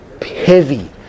heavy